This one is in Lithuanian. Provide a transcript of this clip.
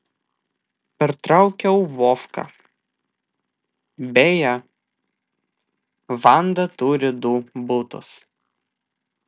pertraukiau vovką beje vanda turi du butus